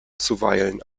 zuweilen